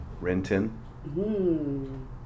Renton